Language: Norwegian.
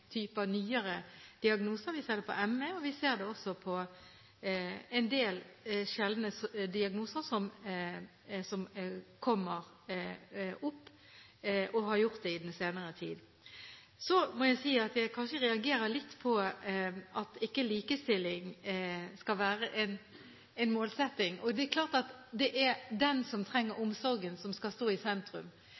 nyere diagnoser – vi ser det på ME, og vi ser det også på en del sjeldne diagnoser som kommer opp, og som har gjort det i den senere tid. Så må jeg si at jeg kanskje reagerer litt på at ikke likestilling skal være en målsetting. Det er klart at det er den som trenger omsorgen, som skal stå i sentrum.